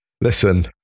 Listen